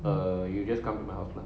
err you just come to my house lah